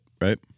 right